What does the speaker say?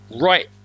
right